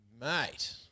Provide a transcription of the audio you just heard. Mate